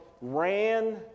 ran